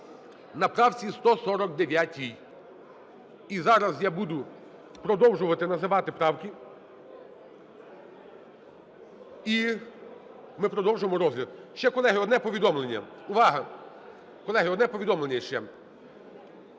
на правці 149. І зараз я буду продовжувати називати правки, і ми продовжуємо розгляд. Ще, колеги, одне повідомлення. Увага! Колеги, одне повідомлення ще,